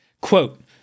Quote